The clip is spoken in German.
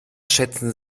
schätzen